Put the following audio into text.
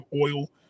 oil